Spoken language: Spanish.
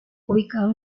ubicado